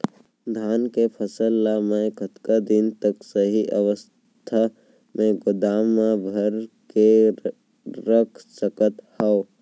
धान के फसल ला मै कतका दिन तक सही अवस्था में गोदाम मा भर के रख सकत हव?